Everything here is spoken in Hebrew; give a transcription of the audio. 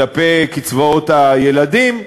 כלפי קצבאות הילדים,